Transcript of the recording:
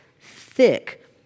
thick